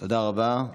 תודה רבה.